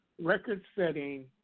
record-setting